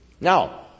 Now